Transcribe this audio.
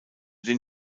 den